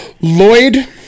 Lloyd